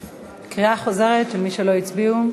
קריאה חוזרת של שמות מי שלא הצביעו.